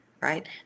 right